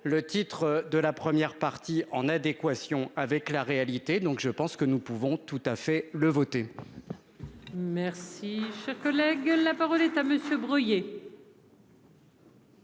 Le titre de la première partie en adéquation avec la réalité. Donc je pense que nous pouvons tout à fait le voter. Merci, cher collègue, la parole est à monsieur Breuiller.